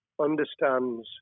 understands